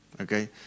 Okay